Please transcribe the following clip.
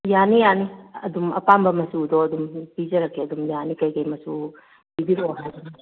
ꯌꯥꯅꯤ ꯌꯥꯅꯤ ꯑꯗꯨꯝ ꯑꯄꯥꯝꯕ ꯃꯆꯨꯗꯣ ꯑꯗꯨꯝ ꯄꯤꯖꯔꯛꯀꯦ ꯑꯗꯨꯝ ꯌꯥꯅꯤ ꯀꯔꯤ ꯀꯔꯤ ꯃꯆꯨ ꯄꯤꯕꯤꯔꯛꯑꯣ ꯍꯥꯏꯕꯅꯣ